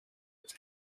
was